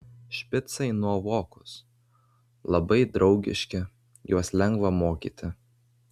špicai nuovokūs labai draugiški juos lengva mokyti